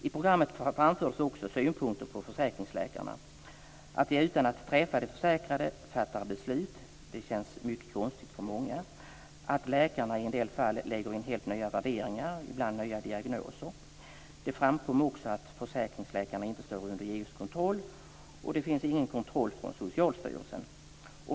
I programmet framfördes också synpunkter på försäkringsläkarna, att de utan att träffa de försäkrade fattar beslut, vilket känns mycket konstigt för många, att läkarna i en del fall lägger in helt nya värderingar och ibland nya diagnoser. Det framkom också att försäkringsläkarna inte står under EU:s kontroll och att det inte sker någon kontroll från Socialstyrelsen.